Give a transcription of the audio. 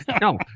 No